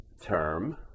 term